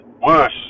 worse